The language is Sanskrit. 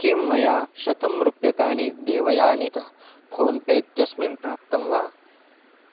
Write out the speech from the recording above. किं मया शतं रूप्यकाणि देवयानितः फोन् पे इत्यस्मिन् प्राप्तं वा